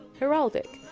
heraldic.